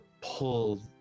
pull